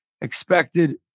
expected